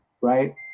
Right